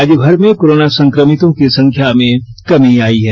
राज्यमर में कोरोना संकमितों की संख्या में कमी आयी है